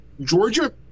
Georgia